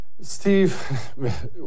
Steve